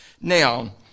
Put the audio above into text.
Now